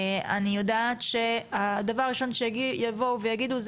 אני יודעת שהדבר הראשון שיבואו ויגידו: